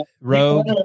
Rogue